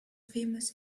famous